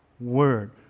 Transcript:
word